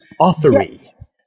Authory